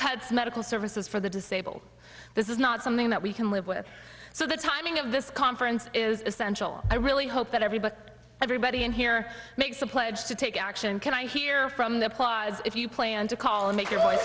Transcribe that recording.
cuts medical services for the disabled this is not something that we can live with so the timing of this conference is essential i really hope that everybody everybody in here makes a pledge to take action can i hear from the plods if you plan to call or make your voice